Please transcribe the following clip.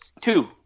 Two